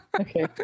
Okay